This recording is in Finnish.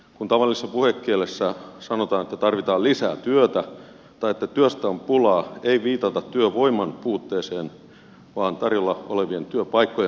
kun tavallisessa puhekielessä sanotaan että tarvitaan lisää työtä tai että työstä on pulaa ei viitata työvoiman puutteeseen vaan tarjolla olevien työpaikkojen puutteeseen